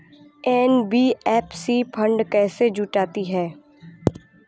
NBFC fund कैसे जुटाती है?